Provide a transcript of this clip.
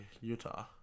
Utah